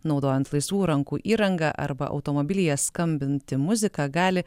naudojant laisvų rankų įrangą arba automobilyje skambinti muziką gali